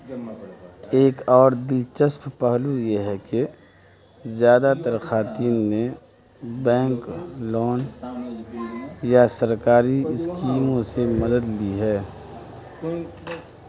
ایک اور دلچسپ پہلو یہ ہے کہ زیادہ تر خواتین نے بینک لون یا سرکاری اسکیموں سے مدد لی ہے